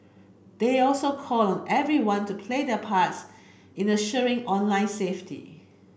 they also called on everyone to play their parts in the ensuring online safety